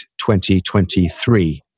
2023